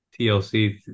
TLC